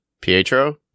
Pietro